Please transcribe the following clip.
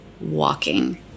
walking